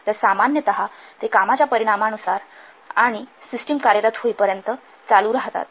तर सामान्यत ते कामाच्या परिमाणानुसार असतात आणि सिस्टम कार्यरत होईपर्यंत ते चालू राहतात